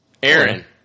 Aaron